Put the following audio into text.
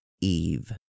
Eve